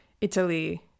Italy